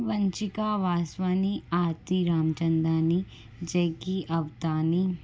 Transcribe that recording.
Vanshika Vaswani Aarti Ramchandani Jackie Avdani